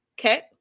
Okay